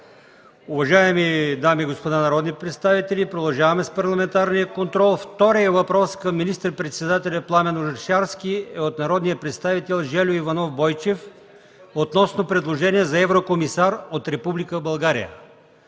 Уважаеми дами и господа народни представители, продължаваме с парламентарния контрол. Вторият въпрос към министър-председателя Пламен Орешарски е от народния представител Жельо Иванов Бойчев относно предложение за еврокомисар от Република България.